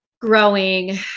growing